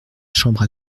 chambre